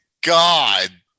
god